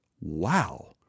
Wow